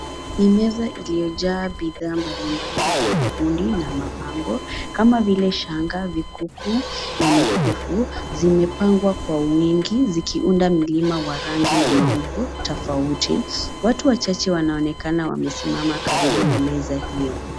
Ni meza iliyo jaa bidhaa mbali mbali za ufundi na mapambo kama vile shanga vikuu na mikufu zimepangwa kwa wingi zikiunda mlima wa rangi na maumbo tofauti. Watu wachache wanaonekane wamesimama karibu na meza hiyo.